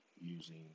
using